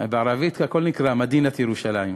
בערבית הכול נקרא מַדִינַת ירושלים.